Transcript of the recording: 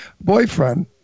boyfriend